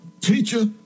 teacher